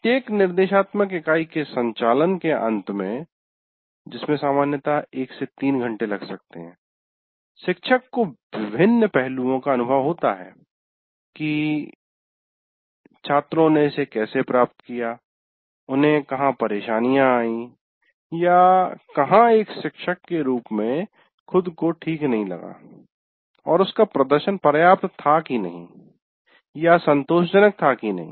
प्रत्येक निर्देशात्मक इकाई के संचालन के अंत में जिसमें सामान्यतः 1 से 3 घंटे लग सकते हैं शिक्षक को विभिन्न पहलुओं का अनुभव होता है कि छात्रों ने इसे कैसे प्राप्त किया उन्हें कहा परेशानिया आयी या कहाँ एक शिक्षक के रूप में खुद को ठीक नहीं लगा और उसका प्रदर्शन पर्याप्त था नहीं या संतोषजनक था नहीं